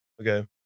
Okay